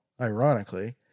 ironically